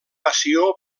passió